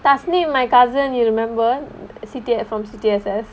my cousin you remember S_T~ from S_T_S_S